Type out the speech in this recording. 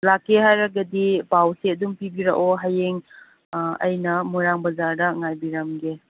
ꯂꯥꯛꯀꯦ ꯍꯥꯏꯔꯒꯗꯤ ꯄꯥꯎꯁꯦ ꯑꯗꯨꯝ ꯄꯤꯕꯤꯔꯛꯑꯣ ꯍꯌꯦꯡ ꯑꯩꯅ ꯃꯣꯏꯔꯥꯡ ꯕꯖꯥꯔꯗ ꯉꯥꯏꯕꯤꯔꯝꯒꯦ